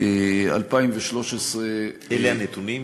אלה הנתונים?